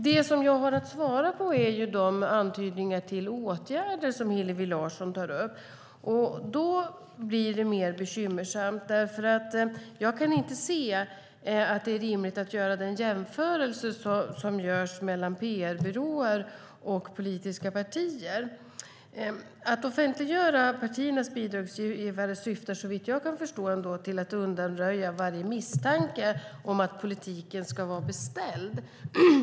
Det som jag har att svara på är de antydningar till åtgärder som Hillevi Larsson tar upp. Då blir det mer bekymmersamt. Jag kan inte se att det är rimligt att göra den jämförelse som görs mellan PR-byråer och politiska partier. Att offentliggöra partiernas bidragsgivare syftar, såvitt jag kan förstå, till att undanröja varje misstanke om att politiken ska vara beställd.